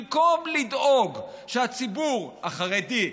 במקום לדאוג שהציבור החרדי,